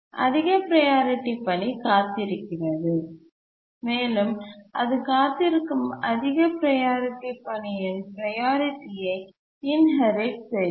அதிக ப்ரையாரிட்டி பணி காத்திருக்கிறது மேலும் அது காத்திருக்கும் அதிக ப்ரையாரிட்டி பணியின் ப்ரையாரிட்டி ஐ இன்ஹெரிட் செய்கிறது